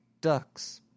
ducks